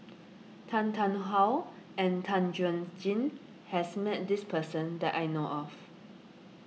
Tan Tarn How and Tan Chuan Jin has met this person that I know of